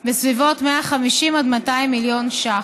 בסביבות 150 עד 200 מיליון ש"ח.